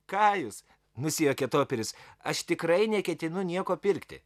ką jūs nusijuokė toperis aš tikrai neketinu nieko pirkti